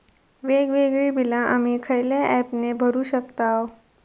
वेगवेगळी बिला आम्ही खयल्या ऍपने भरू शकताव?